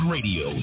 Radio